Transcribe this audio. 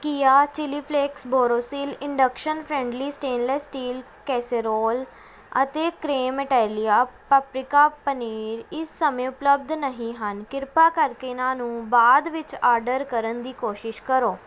ਕਿਆ chilli flakes Borosil induction friendly stainless steel casserole ਅਤੇ ਕਰੇਮਇਟਾਲੀਆ ਇਟਾਲੀਆ ਪਪਰਿਕਾ ਪਨੀਰ ਇਸ ਸਮੇਂ ਉਪਲੱਬਧ ਨਹੀਂ ਹਨ ਕ੍ਰਿਪਾ ਕਰਕੇ ਇਹਨਾਂ ਨੂੰ ਬਾਅਦ ਵਿੱਚ ਆਰਡਰ ਕਰਨ ਦੀ ਕੋਸ਼ਿਸ਼ ਕਰੋ